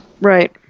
right